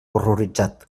horroritzat